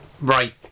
Right